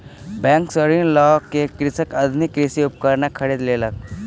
bank सॅ ऋण लय के कृषक आधुनिक कृषि उपकरण खरीद लेलक